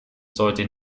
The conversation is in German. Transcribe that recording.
sollte